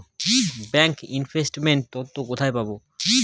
Bank investment তথ্য কোথায় পাব?